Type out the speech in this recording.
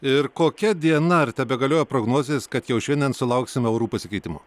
ir kokia diena ar tebegalioja prognozės kad jau šiandien sulauksime orų pasikeitimo